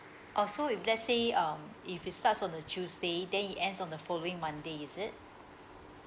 oh so if let's say um if it starts on a tuesday then it ends on the following monday is it